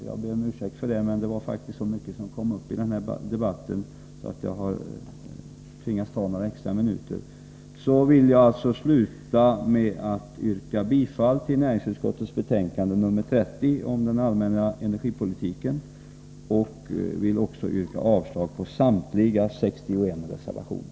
Jag ber om ursäkt för det, fru talman, men det var så mycket som kom upp i debatten att jag har tvingats ta några minuter extra i anspråk. Jag vill sluta mitt inlägg med att yrka bifall till näringsutskottets hemställan i betänkande nr 30 om energipolitiken och vill också yrka avslag på samtliga 61 reservationer.